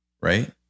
Right